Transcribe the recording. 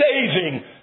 saving